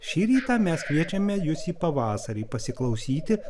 šįryt mes kviečiame jus į pavasarį pasiklausyti